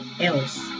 else